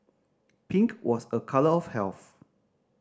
pink was a colour of health